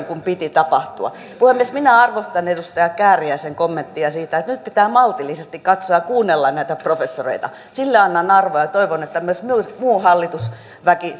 kuin piti tapahtua puhemies minä arvostan edustaja kääriäisen kommenttia siitä että nyt pitää maltillisesti katsoa ja kuunnella näitä professoreita sille annan arvoa ja toivon että myös muu hallitusväki